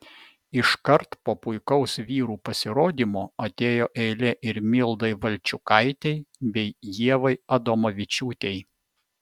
iškart po puikaus vyrų pasirodymo atėjo eilė ir mildai valčiukaitei bei ievai adomavičiūtei